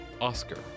Oscar